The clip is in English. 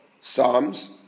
Psalms